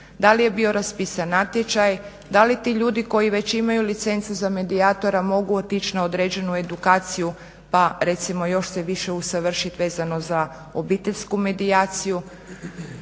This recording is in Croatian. da li je bio raspisan natječaj, da li ti ljudi koji već imaju licencu za medijatora mogu otići na određenu edukaciju pa recimo još se više usavršit vezano za obiteljsku medijaciju.